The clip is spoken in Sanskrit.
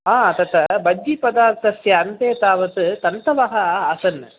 हा तत् बज्जिपदार्थस्य अन्ते तावत् तन्तवः आसन्